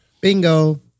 bingo